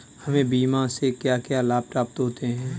हमें बीमा से क्या क्या लाभ प्राप्त होते हैं?